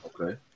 Okay